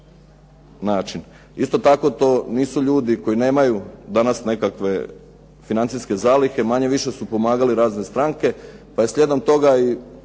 način. Isto tako, to nisu ljudi koji nemaju danas nekakve financijske zalihe. Manje više su pomagali razne stranke pa je slijedom toga i